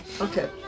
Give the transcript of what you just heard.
Okay